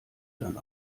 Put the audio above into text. dann